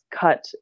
cut